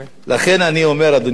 לכן אני אומר, אדוני היושב-ראש,